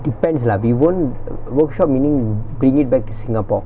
depends lah we won't workshop meaning bring it back to singapore